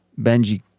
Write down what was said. Benji